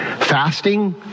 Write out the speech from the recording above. Fasting